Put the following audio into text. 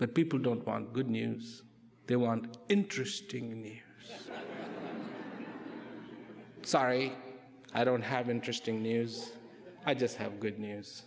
but people don't want good news they want interesting sorry i don't have interesting news i just have good news